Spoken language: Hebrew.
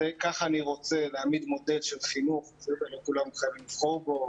ככה אני רוצה להעמיד מודל של חינוך בטח לא כולם חייבים לבחור בו,